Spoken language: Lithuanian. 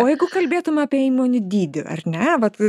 o jeigu kalbėtume apie įmonių dydį ar ne vat